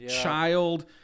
child